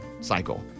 cycle